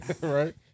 Right